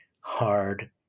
hard